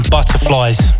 Butterflies